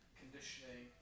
conditioning